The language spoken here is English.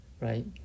right